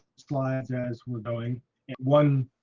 slides as we're going one.